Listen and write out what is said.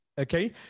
okay